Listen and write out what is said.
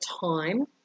time